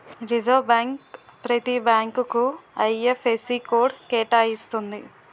reserve bank ప్రతి బ్యాంకుకు IFSC code కేటాయిస్తుంది